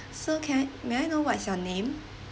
so can I may I know what is your name